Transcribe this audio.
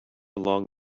along